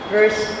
Verse